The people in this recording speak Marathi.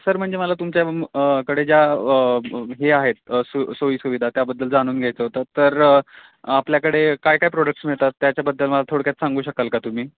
सर म्हणजे मला तुमच्या कडे ज्या हे आहेत सो सोयी सुविधा त्याबद्दल जाणून घ्यायचं होतं तर आपल्याकडे काय काय प्रोडक्ट्स मिळतात त्याच्याबद्दल मला थोडक्यात सांगू शकाल का तुम्ही